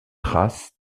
trace